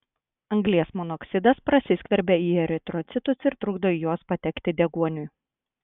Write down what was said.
anglies monoksidas prasiskverbia į eritrocitus ir trukdo į juos patekti deguoniui